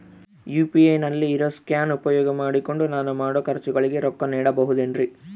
UPI ನಲ್ಲಿ ಇರೋ scan ಉಪಯೋಗ ಮಾಡಿಕೊಂಡು ನಾನು ಮಾಡೋ ಖರ್ಚುಗಳಿಗೆ ರೊಕ್ಕ ನೇಡಬಹುದೇನ್ರಿ?